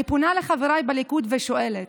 אני פונה לחבריי בליכוד ושואלת: